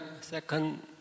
second